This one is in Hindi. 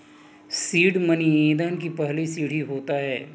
सीड मनी ईंधन की पहली सीढ़ी होता है